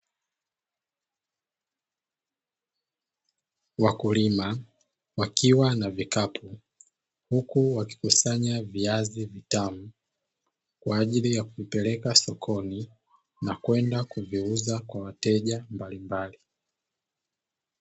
Wakulima wakiwa na vikapu, huku wakikusanya viazi vitamu kwa ajili ya kupeleka sokoni na kwenda kuviuza kwa wateja mbalimbali.